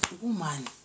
Woman